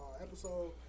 episode